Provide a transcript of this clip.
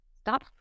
stop